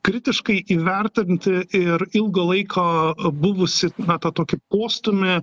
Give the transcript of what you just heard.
kritiškai įvertint ir ilgą laiką buvusi na tą tokį postūmį